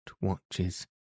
watches